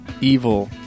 evil